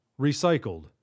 Recycled